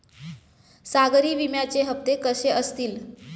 सागरी विम्याचे हप्ते कसे असतील?